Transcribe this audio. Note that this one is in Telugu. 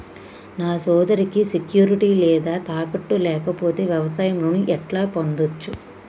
నా సోదరికి సెక్యూరిటీ లేదా తాకట్టు లేకపోతే వ్యవసాయ రుణం ఎట్లా పొందచ్చు?